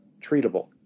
treatable